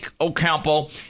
Ocampo